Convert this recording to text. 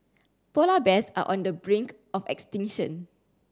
polar bears are on the brink of extinction